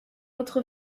autre